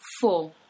four